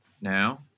now